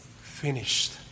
finished